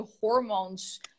hormones